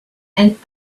and